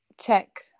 check